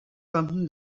something